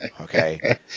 Okay